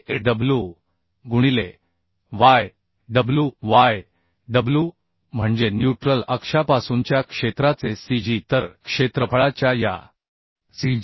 हे Aw गुणिले yw ywम्हणजे न्यूट्रल अक्षापासूनच्या क्षेत्राचे cg तर क्षेत्रफळाच्या या cg